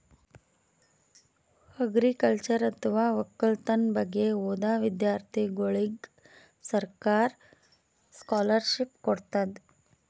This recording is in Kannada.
ಅಗ್ರಿಕಲ್ಚರ್ ಅಥವಾ ವಕ್ಕಲತನ್ ಬಗ್ಗೆ ಓದಾ ವಿಧ್ಯರ್ಥಿಗೋಳಿಗ್ ಸರ್ಕಾರ್ ಸ್ಕಾಲರ್ಷಿಪ್ ಕೊಡ್ತದ್